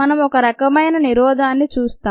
మనం ఒక రకమైన నిరోధాన్ని చూస్తాం